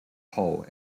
hole